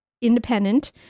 independent